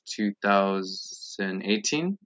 2018